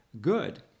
good